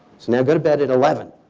now go to bed at eleven.